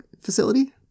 facility